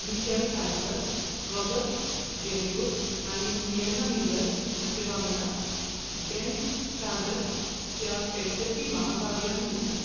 Michelle Pfeiffer Robert De Niro आनी Sienna Miller हाचे वांगडा डेन्स स्टारडस्ट ह्या फॅन्टसी महाकाव्यांत दिसता